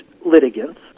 litigants